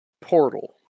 portal